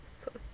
so